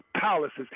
palaces